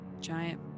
giant